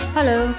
Hello